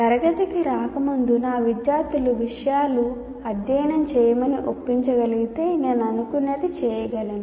తరగతికి రాకముందు నా విద్యార్థులను విషయాలను అధ్యయనం చేయమని ఒప్పించగలిగితే నేను అనుకున్నది చేయగలను